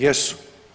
Jesu.